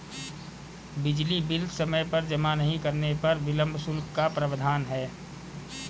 बिजली बिल समय पर जमा नहीं करने पर विलम्ब शुल्क का प्रावधान है